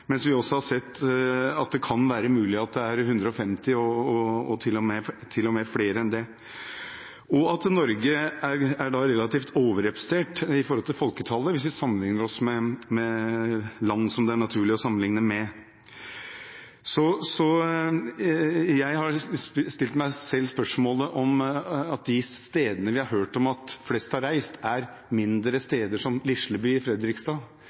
det kan være mulig at det er 150, og til og med flere enn det. Norge er relativt overrepresentert i forhold til folketallet når vi sammenligner oss med land det er naturlig å sammenligne seg med. Jeg har stilt meg selv spørsmålet om de stedene vi har hørt om at de fleste har reist fra, er mindre steder, som Lisleby i Fredrikstad